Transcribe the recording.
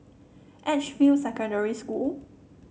Edgefield Secondary School